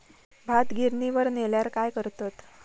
भात गिर्निवर नेल्यार काय करतत?